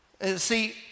See